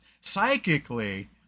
psychically